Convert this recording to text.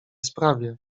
sprawie